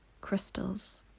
Crystals